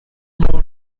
more